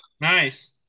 Nice